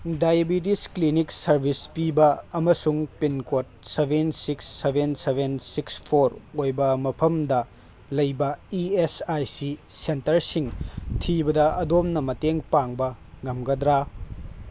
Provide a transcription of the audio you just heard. diabetes cleaning service ꯄꯤꯕ ꯑꯃꯁꯨꯡ pin code seven six seven seven six four ꯑꯣꯏꯕ ꯃꯐꯝꯗ ꯂꯩꯕ ꯏ ꯑꯦꯁ ꯑꯥꯏ ꯁꯤ ꯁꯦꯟꯇꯔꯁꯤꯡ ꯊꯤꯕꯗ ꯑꯗꯣꯝꯅ ꯃꯇꯦꯡ ꯄꯥꯡꯕ ꯉꯝꯒꯗ꯭ꯔꯥ